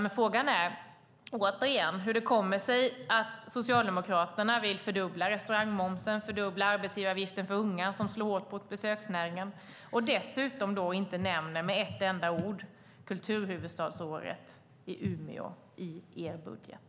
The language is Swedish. Men frågan är återigen hur det kommer sig att Socialdemokraterna vill fördubbla restaurangmomsen och fördubbla arbetsgivaravgiften för unga, som slår hårt mot besöksnäringen. Dessutom nämner ni inte med ett enda ord kulturhuvudstadsåret i Umeå i er budget.